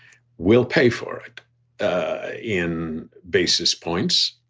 we'll pay for it in basis points.